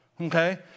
Okay